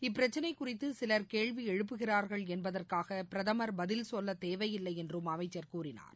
இப்பிரச்சினை குறித்து சிவர் கேள்வி எழுப்பிகிறார்கள் என்பதற்காக பிரதமர் பதில் சொல்லத் தேவையில்லை என்றும் அமைச்சர் கூறினார்